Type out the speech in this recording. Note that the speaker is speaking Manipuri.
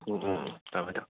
ꯎꯝ ꯎꯝ ꯎꯝ ꯊꯝꯃꯦ ꯊꯝꯃꯦ